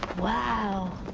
wow.